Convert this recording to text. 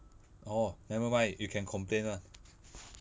orh never mind you can complain [one]